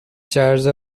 charge